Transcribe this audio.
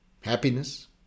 happiness